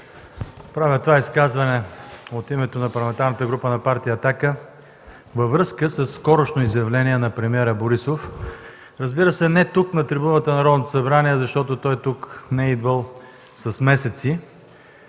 Правя това изказване от името на Парламентарната група на партия „Атака” във връзка със скорошно изявление на премиера Борисов – разбира се, не тук, на трибуната на Народното събрание, защото той тук не е идвал с месеци